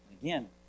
Again